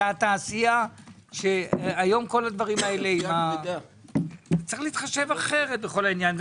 התעשייה שכל הדברים האלה יש להתחשב אחרת בעניין.